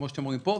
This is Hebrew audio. כמו שאתם רואים פה,